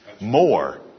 more